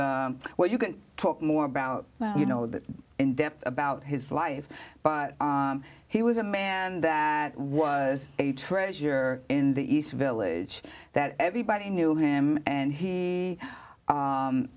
was well you can talk more about you know that in depth about his life but he was a man that was a treasure in the east village that everybody knew him and he